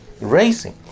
racing